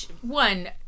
one